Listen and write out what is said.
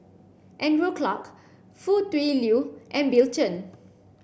Andrew Clarke Foo Tui Liew and Bill Chen